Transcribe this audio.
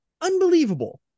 unbelievable